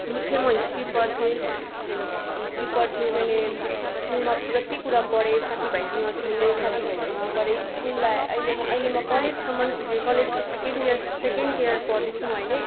बुझ्थेँं म हिस्ट्री पढ्थेँ हिस्ट्री पढ्थेँ मैले स्कुलमा जति कुरा पढेँ साथीभाइसँग खेलेँ साथीभाइसँग उयो गरेँ स्कुललाई अहिले म अहिले म कलेजसम्म पुगेँ कलेजको सेकेन्ड इयर सेकेन्ड इयर पढ्दैछु म अहिले